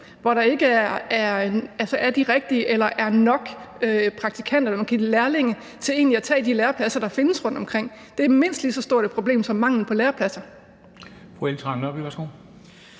eller ikke er nok praktikanter eller ikke nok lærlinge til egentlig at tage de lærepladser, der findes rundtomkring; det er et mindst lige så stort problem som manglen på lærepladser.